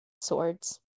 swords